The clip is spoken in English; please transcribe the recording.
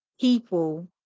people